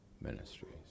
Ministries